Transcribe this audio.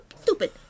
stupid